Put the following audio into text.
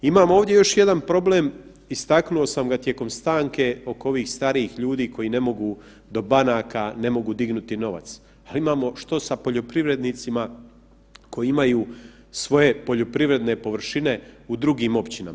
Imamo ovdje još jedan problem istaknuo sam ga tijekom stanke oko ovih starijih ljudi koji ne mogu do banaka, ne mogu dignuti novac, a imamo što sa poljoprivrednicima koji imaju svoje poljoprivredne površine u drugim općinama.